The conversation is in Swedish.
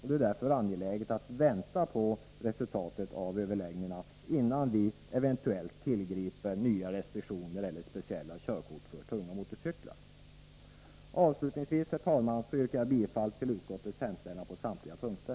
Det är därför angeläget att vänta på resultatet av överläggningarna innan vi eventuellt tillgriper nya restriktioner eller speciella körkort för tung motorcykel. Herr talman! Avslutningsvis yrkar jag bifall till utskottets hemställan på samtliga punkter.